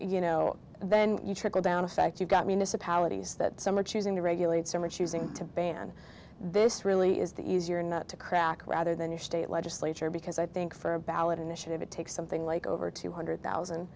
you know then you trickle down effect you've got minas a power to use that some are choosing to regulate some are choosing to ban this really is the easier nut to crack rather than your state legislature because i think for a ballot initiative it takes something like over two hundred thousand